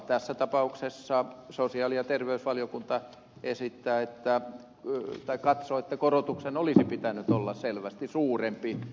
tässä tapauksessa sosiaali ja terveysvaliokunta katsoo että korotuksen olisi pitänyt olla selvästi suurempi